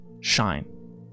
shine